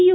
U